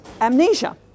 amnesia